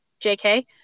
JK